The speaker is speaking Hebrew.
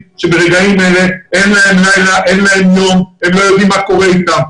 שברגעים אלה אין להם לילה ואין להם יום והם לא יודעים מה קורה אתם.